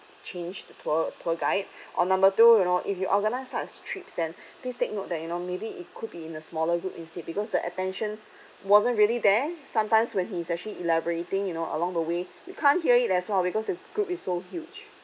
change the tour tour guide or number two you know if you organise such trips then please take note that you know maybe it could be in a smaller group instead because the attention wasn't really there sometimes when he's actually elaborating you know along the way you can't hear it as well because the group is so huge